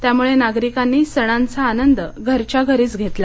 त्यामुळे नागरिकांनी सणांचा आनंद घरच्या घरीच घेतला